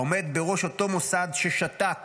העומד בראש אותו מוסד ששתק